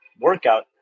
workout